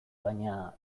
baina